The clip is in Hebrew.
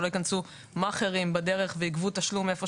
שלא ייכנסו מאכערים בדרך ויגבו תשלום היכן